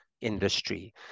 industry